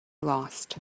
lost